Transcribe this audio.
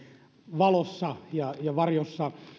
valossa ja ja varjossa